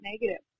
negative